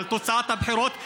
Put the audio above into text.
על תוצאת הבחירות.